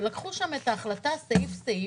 לקחו שם את ההחלטה סעיף-סעיף